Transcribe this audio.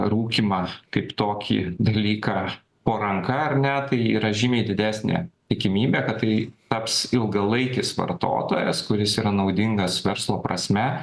rūkymą kaip tokį dalyką po ranka ar ne tai yra žymiai didesnė tikimybė kad tai taps ilgalaikis vartotojas kuris yra naudingas verslo prasme